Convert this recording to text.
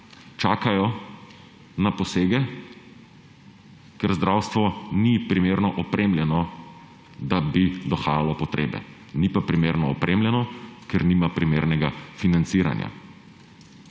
čakajo na posege, ker zdravstvo ni primerno opremljeno, da bi dohajalo potrebe. Ni pa primerno opremljeno, ker nima primernega financiranja